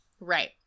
Right